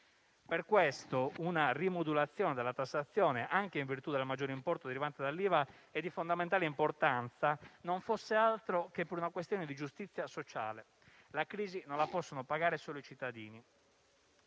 Per questo, una rimodulazione della tassazione, anche in virtù del maggiore importo derivante dall'IVA, è di fondamentale importanza, non fosse altro che per una questione di giustizia sociale: non possono pagare la crisi solo i cittadini.